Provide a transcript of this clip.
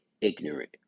ignorant